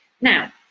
Now